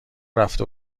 رفته